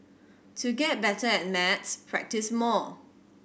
to get better at maths practise more